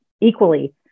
equally